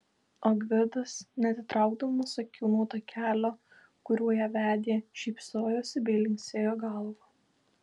o gvidas neatitraukdamas akių nuo takelio kuriuo ją vedė šypsojosi bei linksėjo galva